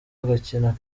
agakina